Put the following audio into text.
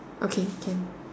okay can